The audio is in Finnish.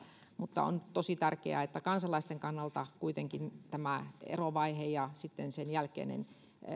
mutta on tosi tärkeää että kansalaisten kannalta kuitenkin tässä erovaiheessa ja sitten senjälkeinen